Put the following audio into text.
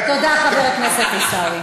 תודה, חבר הכנסת עיסאווי.